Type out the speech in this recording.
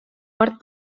part